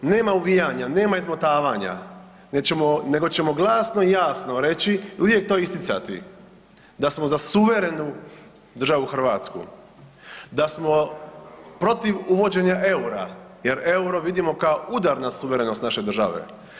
Nema uvijanja, nema izmotavanja, nego ćemo jasno i glasno reći i uvijek to isticati da smo za suverenu državu Hrvatsku, da smo protiv uvođenja EUR-a jer EUR-o vidimo kao udar na suverenost naše države.